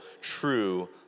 true